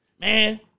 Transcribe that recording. Man